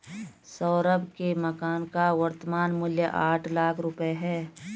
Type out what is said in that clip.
सौरभ के मकान का वर्तमान मूल्य आठ लाख रुपये है